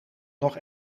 nog